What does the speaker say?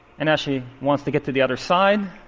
and actually wants to get to the other side.